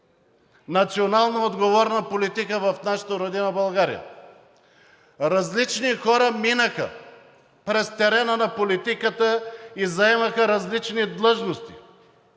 националноотговорна политика в нашата родина България. Различни хора минаха през терена на политиката и заемаха различни длъжности,